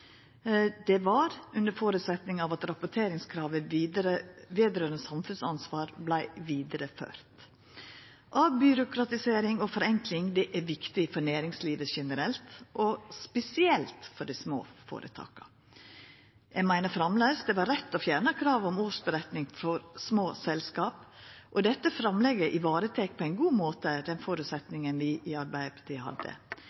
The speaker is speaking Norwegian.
Det var under føresetnad av at rapporteringskravet om samfunnsansvar vart vidareført. Avbyråkratisering og forenkling er viktig for næringslivet generelt og spesielt for dei små føretaka. Eg meiner framleis det var rett å fjerna kravet om årsmelding for små selskap, og dette framlegget varetek på ein god måte den føresetnaden vi i Arbeidarpartiet hadde.